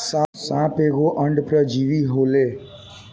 साप एगो अंड परजीवी होले